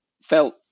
felt